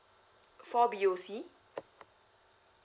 for B_O_C